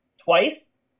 twice